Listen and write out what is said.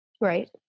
Right